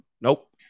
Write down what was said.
Nope